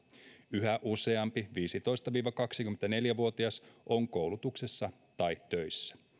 yhä useampi viisitoista viiva kaksikymmentäneljä vuotias on koulutuksessa tai töissä